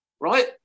right